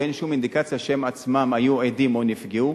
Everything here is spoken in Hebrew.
ואין שום אינדיקציה שהם עצמם היו עדים או נפגעו.